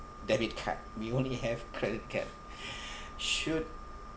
debit card we only have credit card should